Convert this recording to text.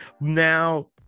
now